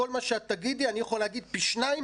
כל מה שאת תגידי אני יכול להגיד פי שניים